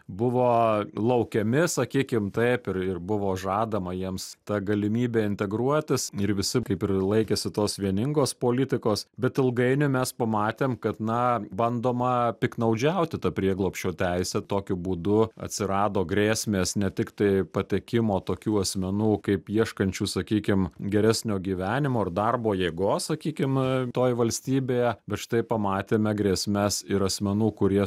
buvo laukiami sakykim taip ir ir buvo žadama jiems ta galimybė integruotis ir visi kaip ir laikėsi tos vieningos politikos bet ilgainiui mes pamatėm kad na bandoma piktnaudžiauti ta prieglobsčio teise tokiu būdu atsirado grėsmės ne tiktai patekimo tokių asmenų kaip ieškančių sakykim geresnio gyvenimo ir darbo jėgos sakykim toj valstybėje bet štai pamatėme grėsmes ir asmenų kurie